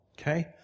okay